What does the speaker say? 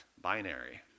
binary